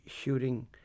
shooting